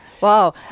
Wow